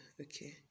okay